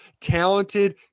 talented